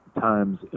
times